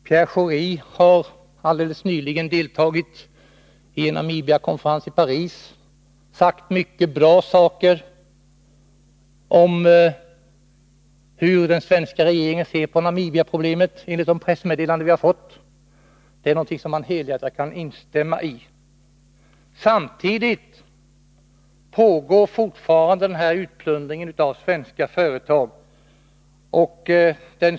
Pierre Schori har nyligen deltagit i en Namibiakonferens i Paris och sagt mycket bra saker om hur den svenska regeringen ser på Namibiaproblemet, enligt det pressmeddelande vi har fått. Det är någonting som man helhjärtat kan instämma i. Samtidigt pågår fortfarande utplundringen från de svenska företagens sida.